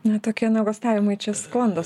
ne tokie nuogąstavimai čia sklando